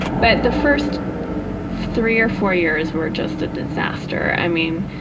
but the first three or four years were just a disaster. i mean,